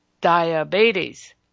diabetes